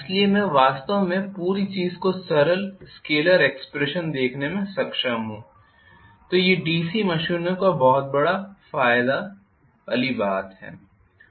इसलिए मैं वास्तव में पूरी चीज़ को सरल स्केलर एक्सप्रेशन देखने में सक्षम हूं तो ये डीसी मशीनों का बड़ा फायदा बात है